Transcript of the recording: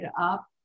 up